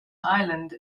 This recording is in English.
island